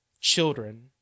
children